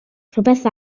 rhywbeth